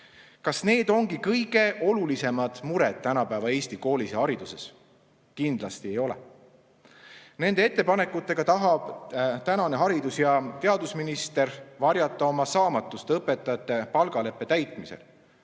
Kas need ongi kõige olulisemad mured tänapäeva Eesti koolis ja hariduses? Kindlasti ei ole. Nende ettepanekutega tahab tänane haridus‑ ja teadusminister varjata oma saamatust õpetajate palgaleppe täitmisel.